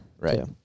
Right